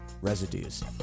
residues